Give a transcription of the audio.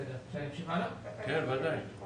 יש